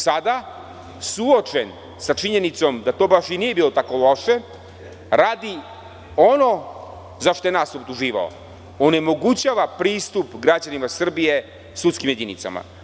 Sada suočen sa činjenicom da to baš i nije bilo tako loše radi ono za šta je nas optuživao, onemogućava pristup građanima Srbije sudskim jedinicama.